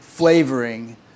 flavoring